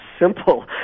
Simple